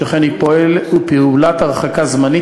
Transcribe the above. שכן היא פעולת הרחקה זמנית,